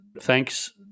Thanks